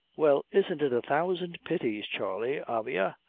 well, isn't it a thousand pities, charley, avia,